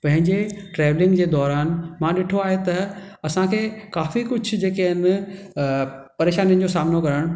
पंहिंजे ट्रैवलिंग जे दौरानि मां ॾिठो आहे त असां खे काफ़ी कुझु जेके आहिनि परेशानियुनि जो सामनो करणु